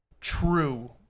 true